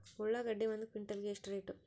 ಉಳ್ಳಾಗಡ್ಡಿ ಒಂದು ಕ್ವಿಂಟಾಲ್ ಗೆ ಎಷ್ಟು ರೇಟು?